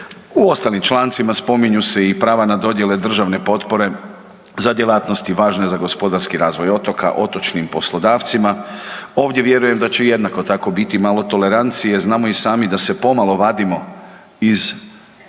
U ostalim člancima spominju se i prava na dodjele državne potpore za djelatnosti važne za gospodarski razvoj otoka, otočnim poslodavcima. Ovdje vjerujem da će jednako tako biti malo tolerancije. Znamo i sami da se pomalo vadimo iz